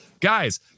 Guys